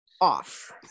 off